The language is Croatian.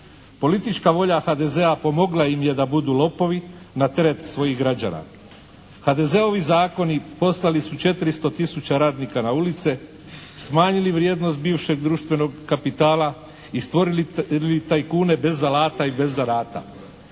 Politička volja HDZ-a pomogla im je da budu lopovi na teret svojih građana. HDZ-ovi zakoni poslali su 400 tisuća radnika na ulice, smanjili vrijednost bivšeg društvenog kapitala i stvorili tajkune bez alata i bez zanata.